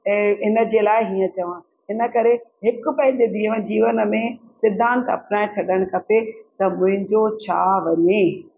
ऐं हिन जे लाइ हीअं चवां हिन करे हिकु पंहिंजे जीवन में सिद्धांत न छॾणु खपे त मुंहिंजो छा वञे